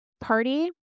party